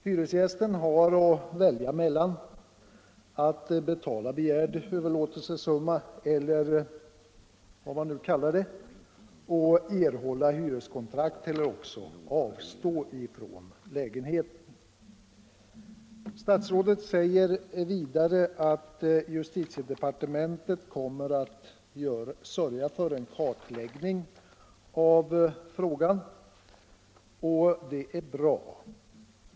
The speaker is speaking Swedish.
Hyresgästen har att välja mellan att betala begärd överlåtelsesumma, eller vad man nu kallar det, samt erhålla hyreskontrakt och att avstå från lägenheten. Statsrådet säger därefter att justitiedepartementet kommer att sörja för en kartläggning av frågan. Det är bra.